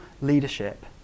leadership